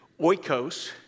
Oikos